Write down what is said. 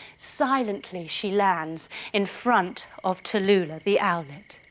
silently she lands in front of tallulah the owlet.